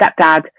stepdad